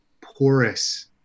porous